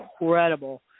incredible